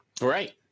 Right